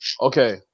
Okay